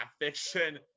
fiction